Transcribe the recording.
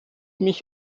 mich